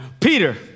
Peter